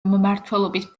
მმართველობის